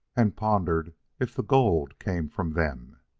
and pondered if the gold came from them.